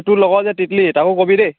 তোৰ লগৰ যে টিটলি তাকো ক'বি দে